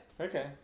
Okay